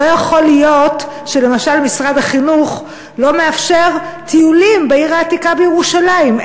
לא יכול להיות שלמשל משרד החינוך לא מאפשר טיולים בעיר העתיקה בירושלים.